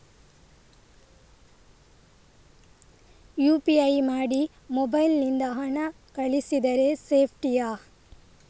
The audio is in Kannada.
ಯು.ಪಿ.ಐ ಮಾಡಿ ಮೊಬೈಲ್ ನಿಂದ ಹಣ ಕಳಿಸಿದರೆ ಸೇಪ್ಟಿಯಾ?